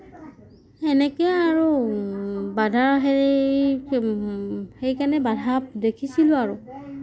সেনেকেই আৰু বাধাৰ হেৰি সেইখিনি বাধা দেখিছিলোঁ আৰু